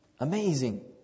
Amazing